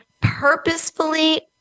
purposefully